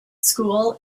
school